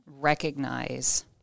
recognize